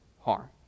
harm